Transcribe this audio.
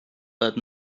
but